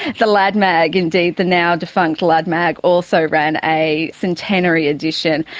the lad mag, indeed, the now-defunct lad mag, also ran a centenary edition.